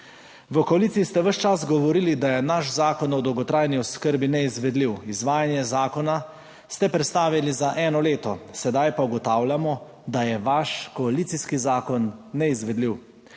V koaliciji ste ves čas govorili, da je naš Zakon o dolgotrajni oskrbi neizvedljiv, izvajanje zakona ste prestavili za eno leto, sedaj pa ugotavljamo, da je vaš koalicijski zakon neizvedljiv.